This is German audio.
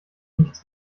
nichts